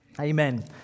Amen